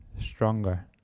stronger